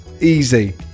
easy